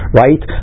right